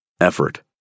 Effort